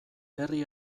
herri